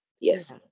Yes